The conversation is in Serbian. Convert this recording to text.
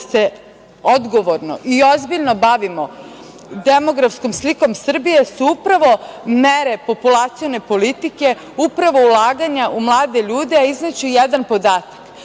se odgovorno i ozbiljno bavimo demografskom slikom Srbije su upravo mere populacione politike, upravo ulaganja u mlade ljude. Izneću i jedan podatak.